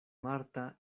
marta